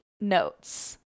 notes